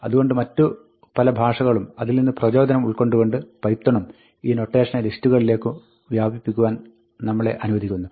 അതുകൊണ്ട് മറ്റു പല ഭാഷകളും അതിൽ നിന്ന് പ്രചോദനം ഉൾക്കൊണ്ടുകൊണ്ട് പൈത്തണും ഈ നൊട്ടേഷനെ ലിസ്റ്റുകളിലേക്കും വ്യാപിപ്പിക്കുവാൻ നമ്മളെ അനുവദിക്കുന്നു